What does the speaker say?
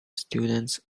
students